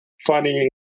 funny